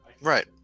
Right